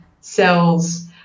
cells